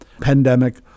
pandemic